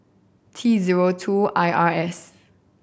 T zero two I R S